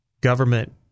government